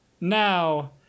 now